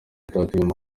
cyatumiwemo